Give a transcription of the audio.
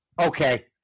Okay